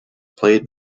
played